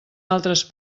altres